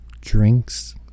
Drinks